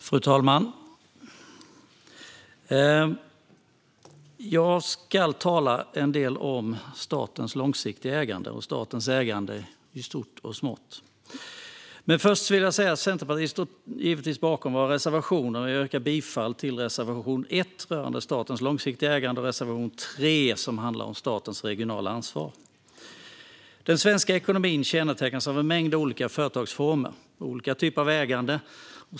Fru talman! Jag ska tala en del om statens långsiktiga ägande och statens ägande i stort och smått. Först vill jag säga att Centerpartiet givetvis står bakom våra reservationer, och jag yrkar bifall till reservation 1 rörande statens långsiktiga ägande och reservation 3 som handlar om statens regionala ansvar. Den svenska ekonomin kännetecknas av en mängd olika företagsformer och olika typer av ägande.